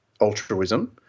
altruism